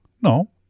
No